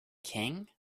king